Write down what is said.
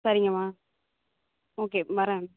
சரிங்கம்மா ஓகே வரேன்